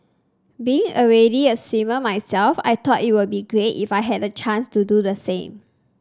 being already a swimmer myself I thought it would be great if I had the chance to do the same